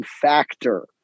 factor